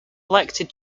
elected